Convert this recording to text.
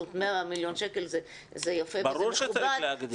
זאת אומרת 100 מיליון שקל זה יפה וזה מכובד,